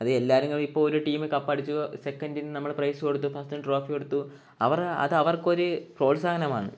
അതെല്ലാവരുംകൂടി ഇപ്പോൾ ഒരു ടീം കപ്പടിച്ചു സെക്കൻഡിന് നമ്മൾ പ്രൈസ് കൊടുത്തു ഫർസ്റ്റിന് ട്രോഫി കൊടുത്തു അവർ അതവർക്കൊരു പ്രോത്സാഹനമാണ്